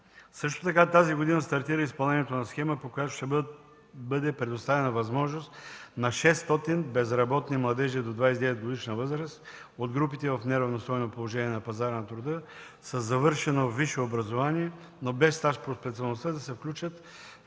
месеца. Тази година стартира и изпълнението на схема, по която ще бъде предоставена възможност на 600 безработни младежи до 29 годишна възраст от групите в неравностойно положение на пазара на труда – със завършено висше образование, но без стаж по специалността, да се включат